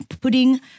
putting